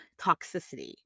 toxicity